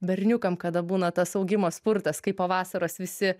berniukam kada būna tas augimo spurtas kai po vasaros visi